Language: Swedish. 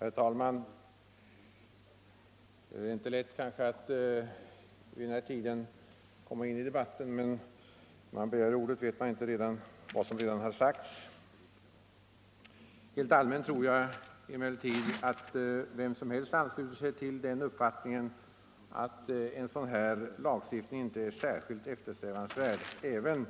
Herr talman! Det är inte lätt att vid den här tiden komma in i debatten, eftersom man, när man begär ordet, inte kan veta vad som sedan kommer att ha sagts innan man får det. Helt allmänt tror jag emellertid att vem som helst kan ansluta sig till uppfattningen, att en sådan här lagstiftning inte är särskilt eftersträvansvärd, även